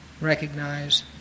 recognize